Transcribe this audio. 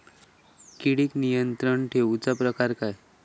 किडिक नियंत्रण ठेवुचा प्रकार काय?